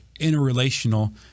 interrelational